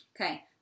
Okay